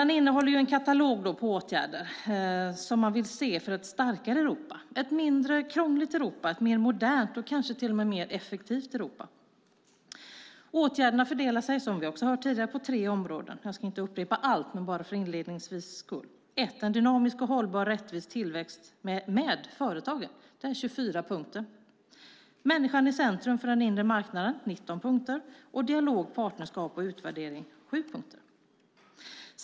Den innehåller en katalog på åtgärder man vill se för ett starkare Europa, ett mindre krångligt Europa, ett mer modernt och kanske mer effektivt Europa. Åtgärderna fördelar sig på tre områden, som vi hört tidigare. Jag ska inte upprepa allt men vill nämna dem inledningsvis. 1. En dynamisk, hållbar och rättvis tillväxt med företagen, 24 punkter. 2. Människan i centrum för den inre marknaden, 19 punkter. 3. Dialog, partnerskap och utvärdering, 7 punkter.